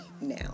now